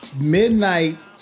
Midnight